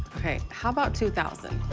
ok, how about two thousand